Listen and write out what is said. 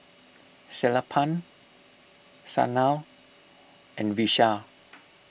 Sellapan Sanal and Vishal